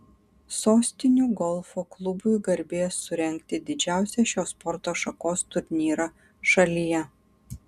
sostinių golfo klubui garbė surengti didžiausią šios sporto šakos turnyrą šalyje